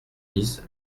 dix